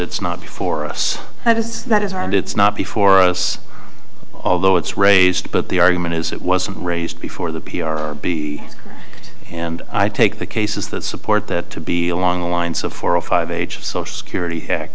it's not before us that is that is are and it's not before us although it's raised but the argument is it wasn't raised before the p r b and i take the cases that support that to be along the lines of four or five age of social security